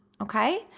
okay